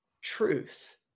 truth